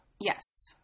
Yes